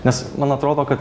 nes man atrodo kad